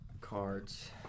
Cards